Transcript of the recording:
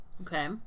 Okay